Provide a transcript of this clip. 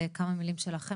לכמה מילים שלכם